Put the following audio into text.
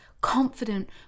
confident